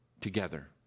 together